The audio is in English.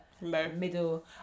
middle